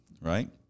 right